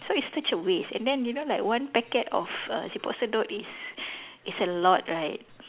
so it's such a waste and then you know like one packet of err siput sedut is is a lot right